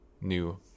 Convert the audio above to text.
new